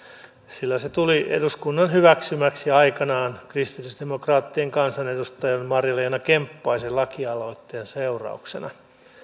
sillä se tuli eduskunnan hyväksymäksi aikanaan kristillisdemokraattien kansanedustajan marja leena kemppaisen lakialoitteen seurauksena